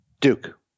Duke